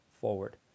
forward